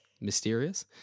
mysterious